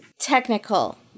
Technical